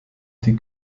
die